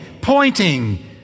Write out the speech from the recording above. pointing